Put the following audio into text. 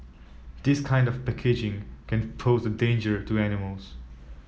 this kind of packaging can pose a danger to animals